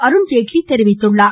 அருண்ஜேட்லி தெரிவித்துள்ளார்